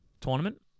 tournament